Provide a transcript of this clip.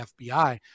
FBI